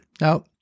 Now